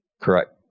Correct